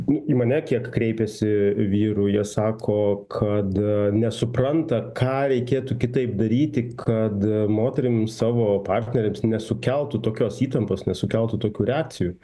nu į mane kiek kreipėsi vyrų jie sako kad nesupranta ką reikėtų kitaip daryti kad moterim savo partnerėms nesukeltų tokios įtampos nesukeltų tokių reakcijų